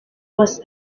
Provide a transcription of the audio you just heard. was